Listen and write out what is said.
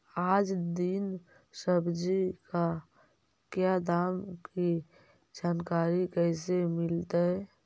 आज दीन सब्जी का क्या दाम की जानकारी कैसे मीलतय?